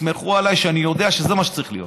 ותסמכו עליי שאני יודע שזה מה שצריך להיות